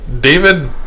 David